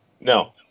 No